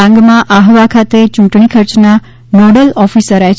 ડાંગમાં આહવા ખાતે યૂંટણી ખર્ચ ના નોડલ ઓફિસર એચ